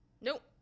Nope